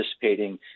participating